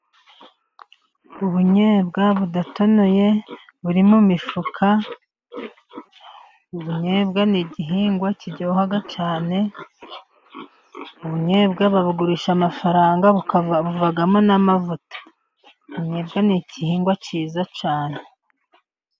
Ubunyobwa budatonoye buri mu mifuka. Ubunyobwa ni igihingwa kiryoha cyane, ubunyobwa babugurisha amafaranga buvamo n'amavuta. Ubunyobwa ni igihingwa kiza cyane ni igihingwa cyiza cyane.